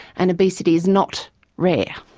and obesity is not rare.